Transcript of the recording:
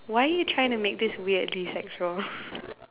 why you trying to make this weirdly sexual